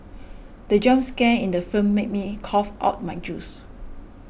the jump scare in the film made me cough out my juice